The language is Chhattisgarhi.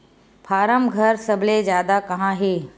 फारम घर सबले जादा कहां हे